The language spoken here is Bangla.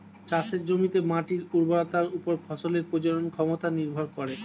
চাষের জমিতে মাটির উর্বরতার উপর ফসলের প্রজনন ক্ষমতা নির্ভর করে